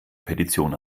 petition